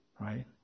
right